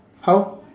how